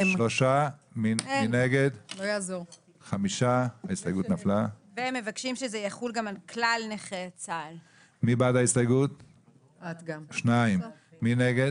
3. מי נגד?